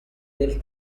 del